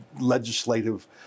legislative